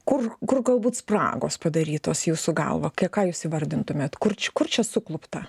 kur kur galbūt sprangos padarytos jūsų galva ką jūs įvardintumėte kurč kur čia suklupta